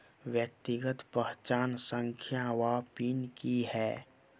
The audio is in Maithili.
व्यक्तिगत पहचान संख्या वा पिन की है?